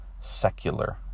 secular